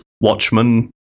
Watchmen